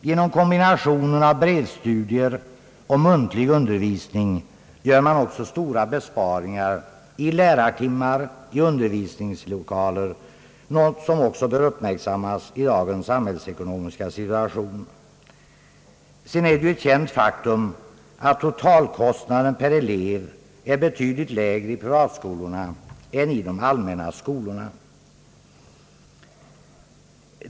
Genom kombinationen av brevstudier med muntlig undervisning görs det stora besparingar i lärartimmar och undervisningslokaler — något som också bör uppmärksammas i dagens samhällsekonomiska situation. Vidare är det ett känt faktum, att totalkostnaden per elev är betydligt lägre i privatskolorna än i de allmänna skolorna.